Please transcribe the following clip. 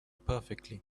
perfectly